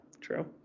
true